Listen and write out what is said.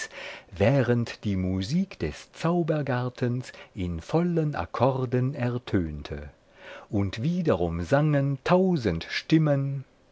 während die musik des zaubergartens in vollen akkorden ertönte und wiederum sangen tausend stimmen